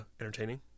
entertaining